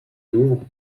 louvre